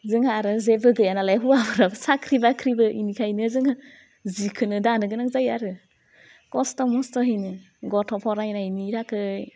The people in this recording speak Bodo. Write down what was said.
जोंहा आरो जेबो गैया नालाय हौवाफ्राबो साख्रि बाख्रिबो बेनिखायनो जोंहा जिखौनो दानो गोनां जायो आरो खस्थ' मस्थहैनो गथ' फरायनायनि थाखाय